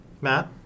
Matt